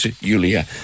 Yulia